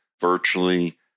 virtually